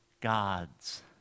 God's